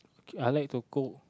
K I like to cook